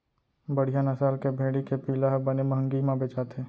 बड़िहा नसल के भेड़ी के पिला ह बने महंगी म बेचाथे